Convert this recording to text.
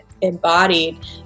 embodied